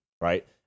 right